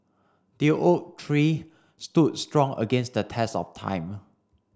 the oak tree stood strong against the test of time